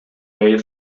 way